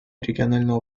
регионального